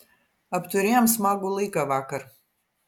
apturėjom smagų laiką vakar